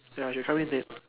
ya she will come in late~